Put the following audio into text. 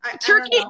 turkey